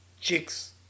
chicks